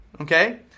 okay